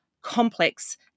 complex